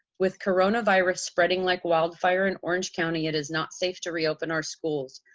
with coronavirus spreading like wildfire in orange county, it is not safe to reopen our schools.